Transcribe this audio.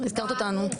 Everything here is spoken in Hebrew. הזכרת אותנו.